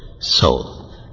soul